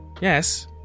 Yes